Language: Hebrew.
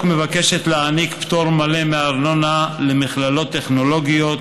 להעניק פטור מלא מארנונה למכללות טכנולוגיות